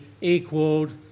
equaled